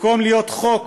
במקום שיהיה חוק